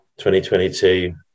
2022